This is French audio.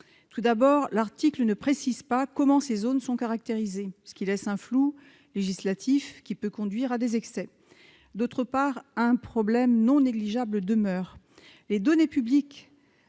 insuffisante. L'article ne précise pas comment ces zones sont caractérisées, ce qui laisse un flou législatif qui peut conduire à des excès. En outre, un problème non négligeable demeure : les données publiées